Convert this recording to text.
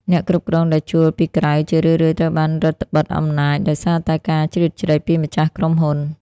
អ្នកគ្រប់គ្រងដែលជួលពីក្រៅជារឿយៗត្រូវបានរឹតត្បិតអំណាច ដោយសារតែការជ្រៀតជ្រែកពីម្ចាស់ក្រុមហ៊ុន។